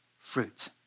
fruit